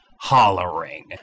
hollering